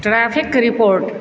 traffic report